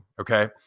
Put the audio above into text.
okay